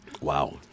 wow